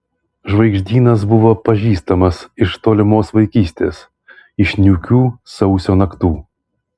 žvaigždynas buvo pažįstamas iš tolimos vaikystės iš niūkių sausio naktų